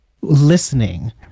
listening